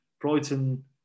Brighton